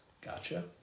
Gotcha